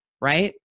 right